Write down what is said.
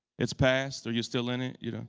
it's passed, are you still in it? you know